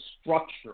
structure